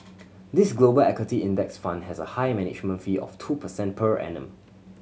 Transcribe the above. this Global Equity Index Fund has a high management fee of two percent per annum